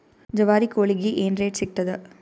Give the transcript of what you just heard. ಜವಾರಿ ಕೋಳಿಗಿ ಏನ್ ರೇಟ್ ಸಿಗ್ತದ?